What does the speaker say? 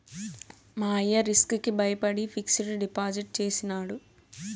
మా అయ్య రిస్క్ కి బయపడి ఫిక్సిడ్ డిపాజిట్ చేసినాడు